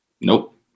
Nope